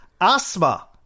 Asma